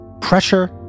pressure